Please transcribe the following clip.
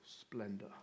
splendor